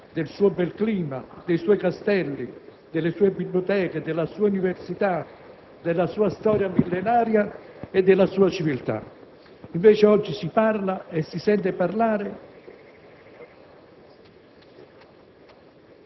del suo mare, del suo bel clima, dei suoi castelli, delle sue biblioteche, della sua università, della sua storia millenaria e della sua civiltà. Invece, oggi si parla e si sente parlare